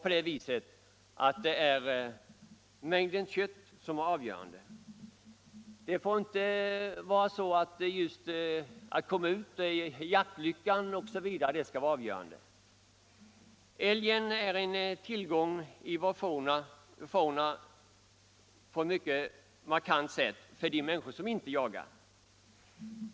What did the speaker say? När det gäller älgjakten får inte enbart mängden kött vara det avgörande. Det får inte vara jaktlyckan som är avgörande. Älgen är på ett mycket markant sätt en tillgång i vår fauna för de människor som inte jagar.